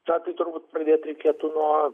čia tai turbūt pradėt reikėtų nuo